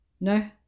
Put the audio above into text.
no